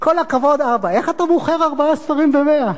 כל הכבוד, אבא, איך אתה מוכר ארבעה ספרים במאה?